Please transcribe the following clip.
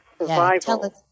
survival